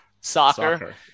soccer